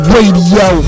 Radio